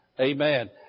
Amen